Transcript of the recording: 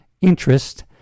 interest